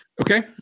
Okay